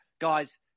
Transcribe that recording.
guys